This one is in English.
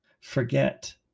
Forget